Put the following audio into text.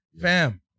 Fam